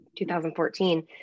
2014